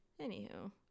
anywho